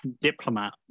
diplomat